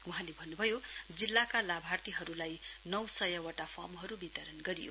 वहाँले भन्नुभयो जिल्लाका लाभार्थीहरूलाई नौ सयवटा फर्महरू वितरण गरियो